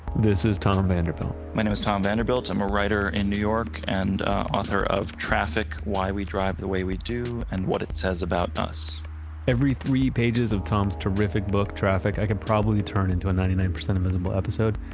this is tom vanderbilt my name is tom vanderbilt. i'm a writer in new york and the author of, traffic why we drive the way we do and what it says about us every three pages of tom's terrific book, traffic, i can probably turn into a ninety nine percent invisible episode,